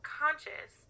conscious